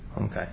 Okay